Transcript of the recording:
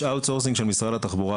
יש אאוט סורסינג של משרד התחבורה,